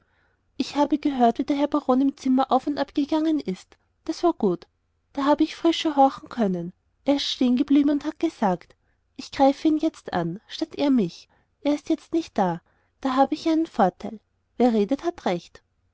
ich habe gehört wie der herr baron im zimmer auf und ab gegangen ist das war gut da habe ich frischer horchen können er ist stehen geblieben und hat gesagt ich greife ihn jetzt an statt er mich er ist jetzt nicht da da habe ich den vorteil wer redet hat recht